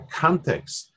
context